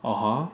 (uh huh)